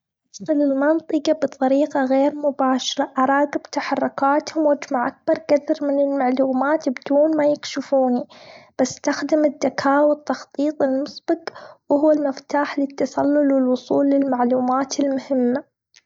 أدخل المنطقة بطريقة غير مباشرة. أراقب تحركاتهم، واجمع أكبر قدر من المعلومات بدون ما يكشفوني. بستخدم الذكاء والتخطيط المسبق وهو المفتاح للتسلل والوصول للمعلومات المهمة.